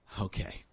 Okay